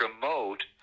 promote